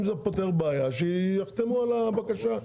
אם זה פותר בעיה שיחתמו על הבקשה,